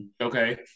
Okay